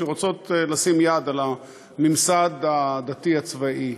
שרוצות לשים יד על הממסד הדתי הצבאי.